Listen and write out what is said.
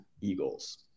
Eagles